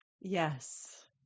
Yes